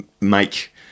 make